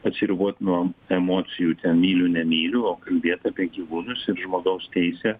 atsiribot nuo emocijų ten myliu nemyliu o kalbėt apie gyvūnus ir žmogaus teisę